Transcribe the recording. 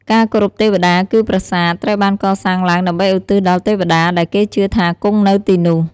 ការគោរពទេវតា គឺ ប្រាសាទ ត្រូវបានកសាងឡើងដើម្បីឧទ្ទិសដល់ទេវតា ដែលគេជឿថាគង់នៅទីនោះ។